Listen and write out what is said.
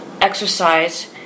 exercise